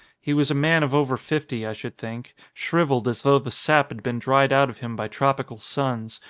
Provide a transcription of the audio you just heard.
he was a man of over fifty, i should think, shrivelled as though the sap had been dried out of him by tropical suns,